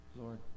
Lord